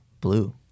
blue